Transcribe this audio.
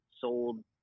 sold